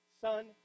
Son